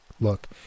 Look